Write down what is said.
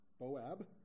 Boab